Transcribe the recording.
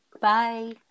Bye